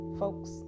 folks